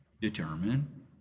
determine